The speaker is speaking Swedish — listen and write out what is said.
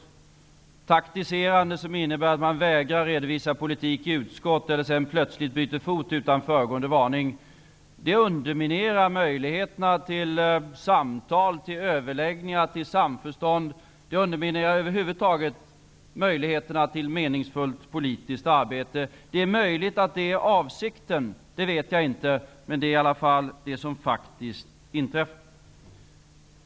Ett taktiserande som innebär att man vägrar redovisa sin politik i utskott, eller plötsligt byter fot utan föregående varning, underminerar möjligheterna till samtal, överläggningar och samförstånd. Det underminerar över huvud taget möjligheterna till meningsfullt politiskt arbete. Det är möjligt att det är avsikten. Det vet jag inte. Men det är i varje fall vad som faktiskt har inträffat.